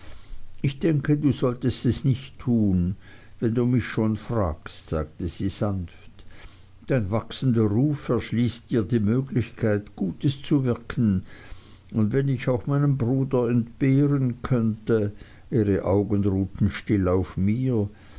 ich denke du solltest es nicht tun wenn du mich schon frägst sagte sie sanft dein wachsender ruf erschließt dir die möglichkeit gutes zu wirken und wenn ich auch meinen bruder entbehren könnte ihre augen ruhten still auf mir